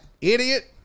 idiot